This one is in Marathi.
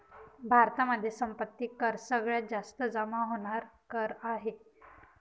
भारतामध्ये संपत्ती कर सगळ्यात जास्त जमा होणार कर आहे